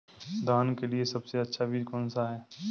धान के लिए सबसे अच्छा बीज कौन सा है?